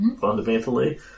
Fundamentally